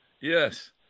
Yes